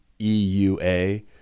E-U-A